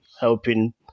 helping